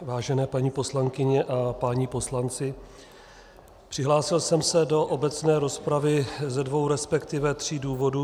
Vážené paní poslankyně a páni poslanci, přihlásil jsem se do obecné rozpravy ze dvou, respektive tří důvodů.